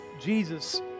Jesus